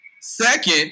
second